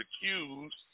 accused